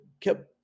kept